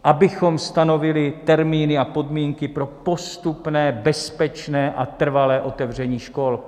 Abychom stanovili termíny a podmínky pro postupné, bezpečné a trvalé otevření škol.